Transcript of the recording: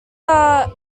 are